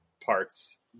parts